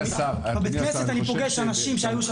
בבית הכנסת אני פוגש אנשים שהיו שם.